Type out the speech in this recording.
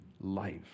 life